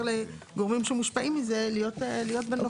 לגורמים שמושפעים מזה להיות בנוכחות.